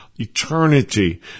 eternity